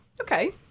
Okay